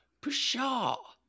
Pshaw